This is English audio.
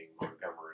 Montgomery